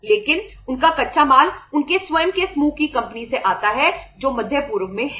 लेकिन उनका कच्चा माल उनके स्वयं के समूह की कंपनी से आता है जो मध्य पूर्व में है